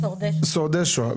שורדי שואה.